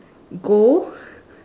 gold